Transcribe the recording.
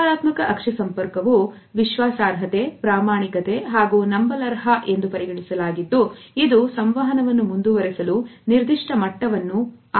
ಸಕಾರಾತ್ಮಕ ಅಕ್ಷಿ ಸಂಪರ್ಕವು ವಿಶ್ವಾಸಾರ್ಹತೆ ಪ್ರಾಮಾಣಿಕತೆ ಹಾಗೂ ನಂಬಲರ್ಹ ಎಂದು ಪರಿಗಣಿಸಲಾಗಿದ್ದು ಇದು ಸಂವಹನವನ್ನು ಮುಂದುವರೆಸಲು ನಿರ್ದಿಷ್ಟ ಮಟ್ಟವನ್ನು ಆಸಕ್ತಿಯನ್ನು ಸಹ ತೋರಿಸುತ್ತದೆ